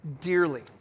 dearly